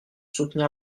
soutenir